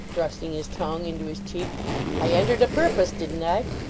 thrusting his tongue into his cheek i entered a purpose, didn't i